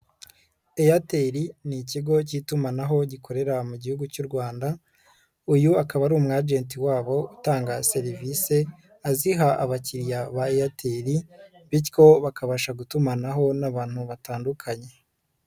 Airtel ni ikigo cy'itumanaho gikorera mu gihugu cy'u Rwanda, uyu akaba ari umujeti wabo utanga serivisi, aziha abakiriya ba Airtel bityo bakabasha gutumanaho n'abantu batandukanye.